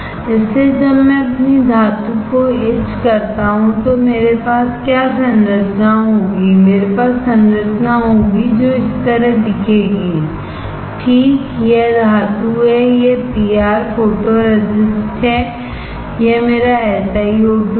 इसलिए जब मैं अपनी धातु को इच करता हूं तो मेरे पास क्या संरचना होगी मेरे पास संरचना होगी जो इस तरह दिखेगी ठीक यह धातु है यह पीआर फोटोरेसिस्टहै यह मेरा SiO2 है